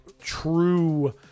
true